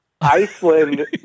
Iceland